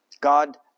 God